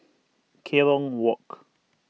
Kerong Walk